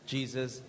Jesus